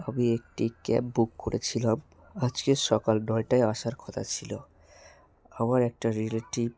আমি একটি cab book করেছিলাম আজকে সকাল নয়টায় আসার কথা ছিলো আমার একটা রিলেটিভ